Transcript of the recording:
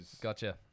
Gotcha